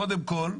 קודם כל,